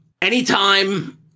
Anytime